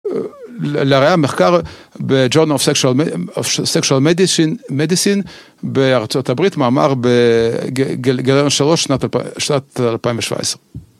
הרי היה מחקר ב-Journal of Sexual Medicine בארה״ב, מאמר בגליון שלוש שנת 2017.